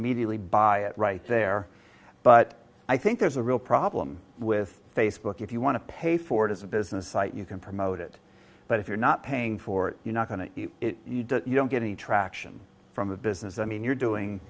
immediately buy it right there but i think there's a real problem with facebook if you want to pay for it as a business site you can promote it but if you're not paying for it you're not going to you don't get any traction from a business i mean you're doing